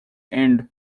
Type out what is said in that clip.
end